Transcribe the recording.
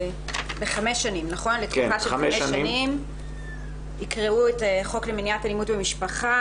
לתקופה של חמש שנים "יקראו את חוק למניעת אלימות במשפחה",